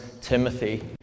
Timothy